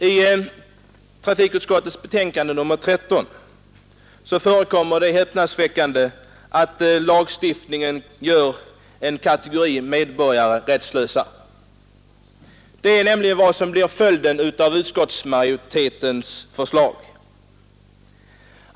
I trafikutskottets förevarande betänkande nr 13 förslås det emellertid häpnadsväckande nog en lagstiftning som skulle göra en kategori medborgare rättslös. Det skulle nämligen bli följden av utskottsmajoritetens förslag.